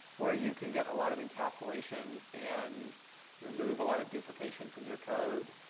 where you can get a lot of encapsulation and remove a lot of duplication from your code.